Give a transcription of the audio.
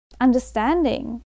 understanding